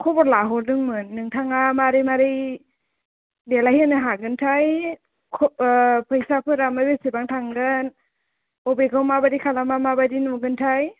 खबर लाहरदोंमोन नोंथाङा मारै मारै देलाय होनो हागोन थाय फैसा फोरा बेसेबां थांगोन अबेखौ माबायदि खालामब्ला माबायदि नुगोन थाय